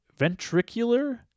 ventricular